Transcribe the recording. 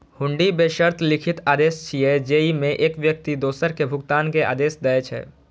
हुंडी बेशर्त लिखित आदेश छियै, जेइमे एक व्यक्ति दोसर कें भुगतान के आदेश दै छै